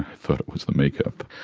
thought it was the makeup.